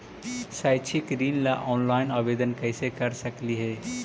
शैक्षिक ऋण ला ऑनलाइन आवेदन कैसे कर सकली हे?